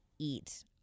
eat